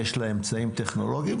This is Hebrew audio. יש לה אמצעים טכנולוגיים,